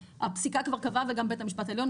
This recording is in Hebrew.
הפסיקה כבר קבעה וגם בית המשפט העליון,